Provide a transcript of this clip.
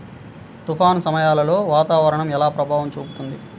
తుఫాను సమయాలలో వాతావరణం ఎలా ప్రభావం చూపుతుంది?